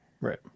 Right